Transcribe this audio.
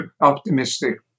optimistic